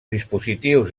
dispositius